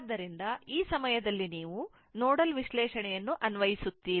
ಆದ್ದರಿಂದ ಈ ಸಮಯದಲ್ಲಿ ನೀವು ನೋಡಲ್ ವಿಶ್ಲೇಷಣೆಯನ್ನು ಅನ್ವಯಿಸುತ್ತೀರಿ